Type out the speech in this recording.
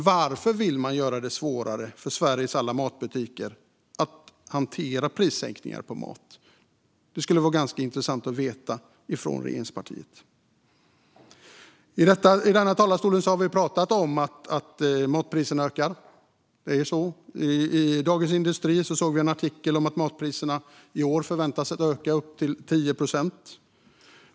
Varför vill man göra det svårare för Sveriges alla matbutiker att hantera prissänkningar på mat? Det skulle vara ganska intressant att få veta det från regeringspartiet. Vi har pratat här om att matpriserna ökar. Det är ju så. Jag såg en artikel i Dagens industri om att matpriserna i år förväntas öka upp till 10 procent.